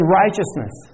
righteousness